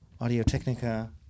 Audio-Technica